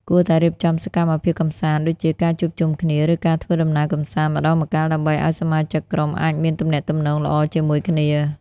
គួរតែរៀបចំសកម្មភាពកម្សាន្តដូចជាការជួបជុំគ្នា ឬការធ្វើដំណើរកម្សាន្តម្តងម្កាលដើម្បីឲ្យសមាជិកក្រុមអាចមានទំនាក់ទំនងល្អជាមួយគ្នា។